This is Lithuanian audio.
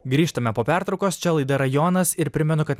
grįžtame po pertraukos čia laida rajonas ir primenu kad